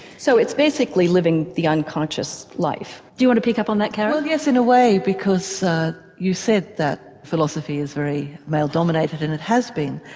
so it's basically living the unconscious life. do you want to pick up on that karen? well yes in a way, because you said that philosophy is very male dominated and it has been.